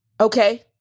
Okay